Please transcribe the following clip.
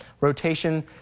Rotation